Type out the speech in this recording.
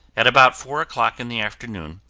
at about four o'clock in the afternoon,